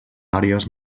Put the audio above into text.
àrees